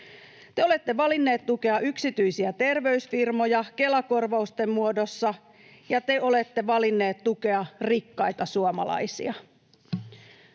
Te olette valinneet tukea yksityisiä terveysfirmoja Kela-korvausten muodossa, ja te olette valinneet tukea rikkaita suomalaisia.